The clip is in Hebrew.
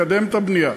לקדם את הבנייה.